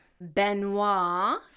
Benoit